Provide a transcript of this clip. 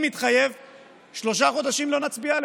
אנחנו מתחייבים שלושה חודשים לא לקדם אותה.